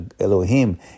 Elohim